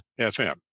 FM